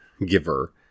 giver